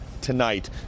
tonight